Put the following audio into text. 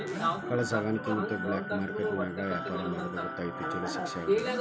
ಕಳ್ಳ ಸಾಕಾಣಿಕೆ ಮತ್ತ ಬ್ಲಾಕ್ ಮಾರ್ಕೆಟ್ ನ್ಯಾಗ ವ್ಯಾಪಾರ ಮಾಡೋದ್ ಗೊತ್ತಾದ್ರ ಜೈಲ್ ಶಿಕ್ಷೆ ಆಗ್ಬಹು